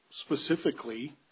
specifically